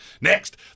Next